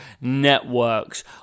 networks